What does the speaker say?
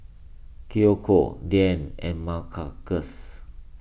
Kiyoko Diann and